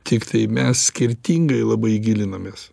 tiktai mes skirtingai labai gilinamės